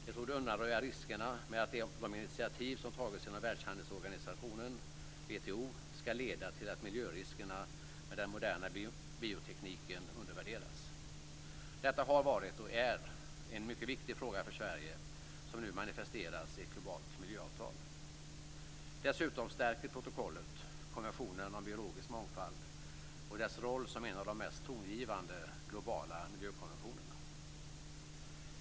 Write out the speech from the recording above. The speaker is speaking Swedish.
Det torde undanröja riskerna för att de initiativ som tagits inom Världshandelsorganisationen, WTO, ska leda till att miljöriskerna med den moderna biotekniken undervärderas. Detta har varit och är en mycket viktig fråga för Sverige, som nu manifesteras i ett globalt miljöavtal. Dessutom stärker protokollet konventionen om biologisk mångfald och dess roll som en av de mest tongivande globala miljökonventionerna.